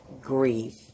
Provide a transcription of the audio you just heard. grief